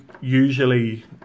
usually